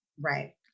Right